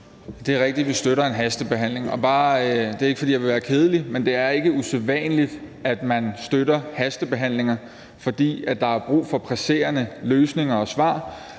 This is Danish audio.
Det er rigtigt, at vi støtter en hastebehandling. Det er ikke, fordi jeg vil være kedelig, men det er ikke usædvanligt, at man støtter hastebehandlinger, fordi der er brug for presserende løsninger og svar,